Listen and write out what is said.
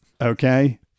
okay